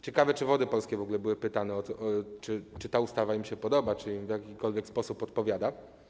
Ciekawe, czy Wody Polskie w ogóle były pytane, czy ta ustawa im się podoba, czy im w jakikolwiek sposób odpowiada?